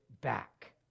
back